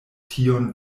tiun